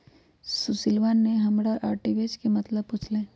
सुशीलवा ने हमरा आर्बिट्रेज के मतलब पूछ लय